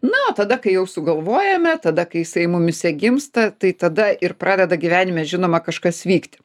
na o tada kai jau sugalvojame tada kai jisai mumyse gimsta tai tada ir pradeda gyvenime žinoma kažkas vykt